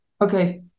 Okay